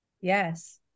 Yes